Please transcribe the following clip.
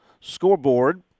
scoreboard